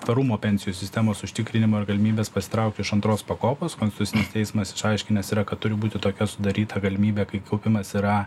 tvarumo pensijų sistemos užtikrinimo ir galimybės pasitraukt iš antros pakopos konstitucinis teismas išaiškinęs yra kad turi būti tokia sudaryta galimybė kai kaupimas yra